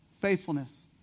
faithfulness